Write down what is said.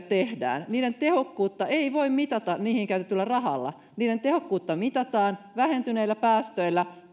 tehdään niiden tehokkuutta ei voi mitata niihin käytetyllä rahalla niiden tehokkuutta mitataan yhdessä vähentyneillä päästöillä